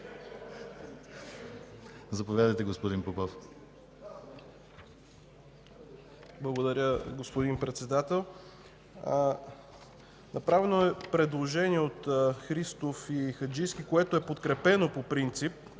Заповядайте, господин Попов. ФИЛИП ПОПОВ (БСП ЛБ): Благодаря, господин Председател. Направено е предложение от Христов и Хаджийски, което е подкрепено по принцип